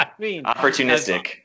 opportunistic